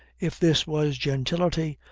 if this was gentility,